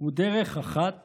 הוא דרך אחת